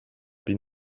been